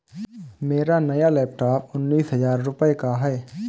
मेरा नया लैपटॉप उन्नीस हजार रूपए का है